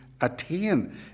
attain